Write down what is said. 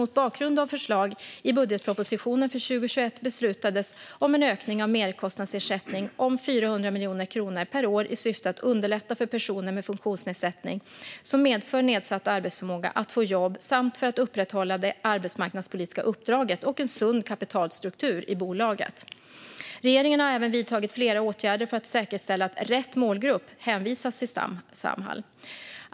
Mot bakgrund av förslag i budgetpropositionen för 2021 beslutades om en ökning av merkostnadsersättning om 400 miljoner per år i syfte att underlätta för personer med funktionsnedsättning som medför nedsatt arbetsförmåga att få jobb samt för att upprätthålla det arbetsmarknadspolitiska uppdraget och en sund kapitalstruktur i bolaget. Regeringen har även vidtagit flera åtgärder för att säkerställa att rätt målgrupp hänvisas till Samhall.